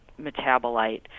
metabolite